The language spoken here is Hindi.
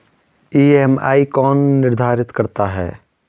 ई.एम.आई कौन निर्धारित करता है?